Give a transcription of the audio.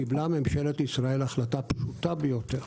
קיבלה ממשלת ישראל החלטה פשוטה ביותר,